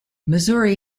missouri